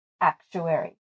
actuary